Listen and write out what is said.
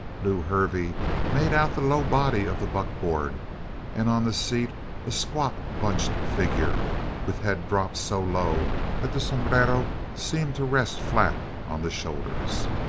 lew hervey made out the low body of the buckboard and on the seat a squat, bunched figure with head dropped so low that the sombrero seemed to rest flat on the shoulders.